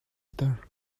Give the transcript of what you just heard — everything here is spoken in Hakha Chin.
ter